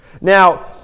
Now